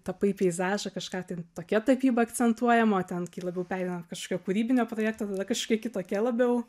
tapai peizažą kažką ten tokia tapyba akcentuojama o ten labiau pereinant kažkokio kūrybinio projekto tada kažkokia kitokia labiau